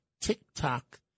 Tick-tock